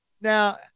Now